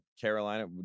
Carolina